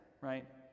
right